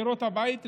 לראות את הבית,